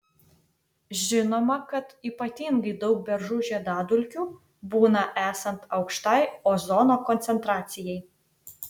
žinoma kad ypatingai daug beržų žiedadulkių būna esant aukštai ozono koncentracijai